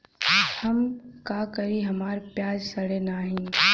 हम का करी हमार प्याज सड़ें नाही?